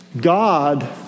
God